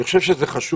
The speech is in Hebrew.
אני חושב שהמערכה